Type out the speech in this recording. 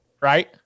right